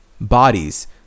bodies